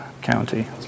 County